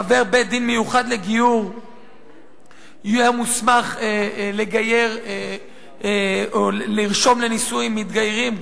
חבר בית-דין מיוחד לגיור יהיה מוסמך לגייר או לרשום לנישואים מתגיירים,